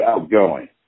outgoing